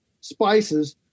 spices